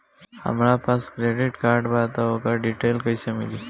हमरा पास credit card बा त ओकर डिटेल्स कइसे मिली?